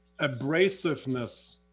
abrasiveness